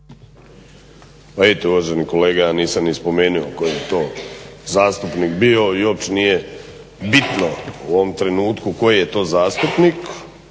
Pa eto uvaženi kolega, ja nisam ni spomenuo tko je to zastupnik bio i uopće nije bitno u ovom trenutku koji je to zastupnik.